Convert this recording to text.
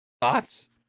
Thoughts